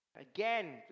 Again